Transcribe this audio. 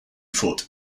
foot